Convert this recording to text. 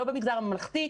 לא במגזר הממלכתי,